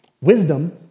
Wisdom